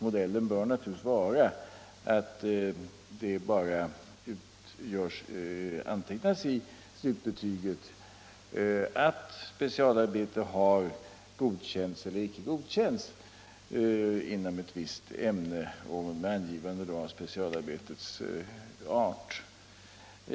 Modellen bör naturligtvis vara att det bara antecknas i slutbetyget att specialarbete har godkänts eller icke godkänts inom ett visst ämne — med angivande av specialarbetets art.